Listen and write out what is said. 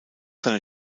seine